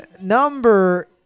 number